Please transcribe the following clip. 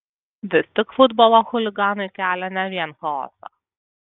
vis tik futbolo chuliganai kelia ne vien chaosą